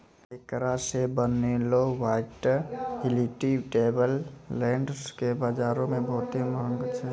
एकरा से बनलो वायटाइलिटी टैबलेट्स के बजारो मे बहुते माँग छै